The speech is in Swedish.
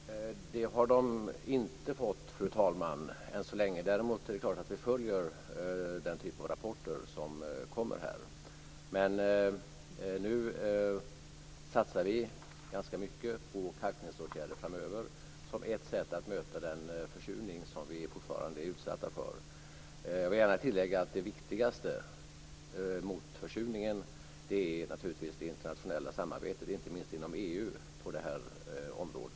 Fru talman! Det har de inte fått än så länge. Däremot är det klart att vi följer den typen av rapporter. Men nu satsar vi ganska mycket på kalkningsåtgärder framöver. Det är ett sätt att möta den försurning som vi fortfarande är utsatta för. Jag vill också gärna tillägga att det viktigaste mot försurningen är naturligtvis det internationella samarbetet, inte minst inom EU, på det här området.